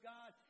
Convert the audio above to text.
God